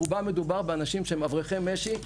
ברובם מדובר באנשים שהם אברכי משי.